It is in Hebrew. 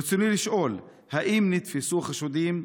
רצוני לשאול: 1. האם נתפסו חשודים?